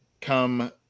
come